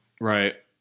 Right